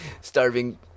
Starving